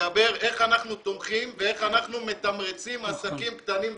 שמדברים על איך אנחנו תומכים ואיך אנחנו מתמרצים עסקים קטנים ובינוניים.